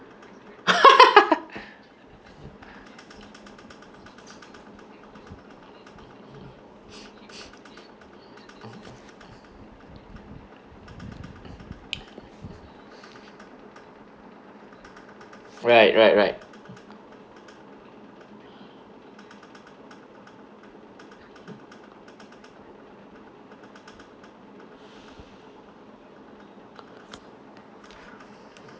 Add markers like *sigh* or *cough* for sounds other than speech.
*laughs* right right right *breath*